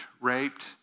raped